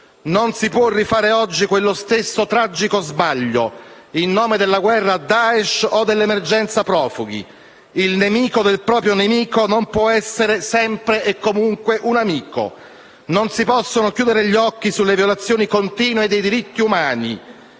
Non si può rifare oggi quello stesso tragico sbaglio in nome della guerra al Daesh o dell'emergenza profughi. Il nemico del proprio nemico non può essere sempre e comunque un amico. Non si possono chiudere gli occhi sulle violazioni continue dei diritti umani